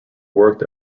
worked